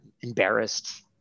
embarrassed